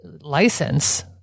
license